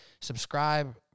subscribe